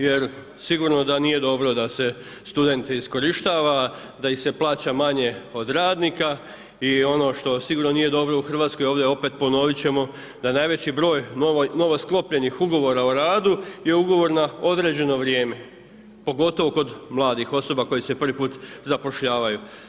Jer sigurno da nije dobro da se student iskorištava, da se plaća manje od radnika i ono što sigurno nije dobro u Hrvatskoj, ono opet, ponoviti ćemo, da najveći broj novosklopljenih ugovora o radu je u govor na određeno vrijeme, pogotovo kod mladih osoba koje se prvi put zapošljavaju.